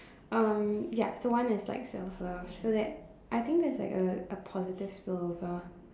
um ya so one is like self love so that I think that's like a a positive spillover